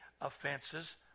offenses